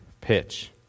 pitch